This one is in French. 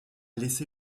laissé